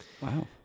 Wow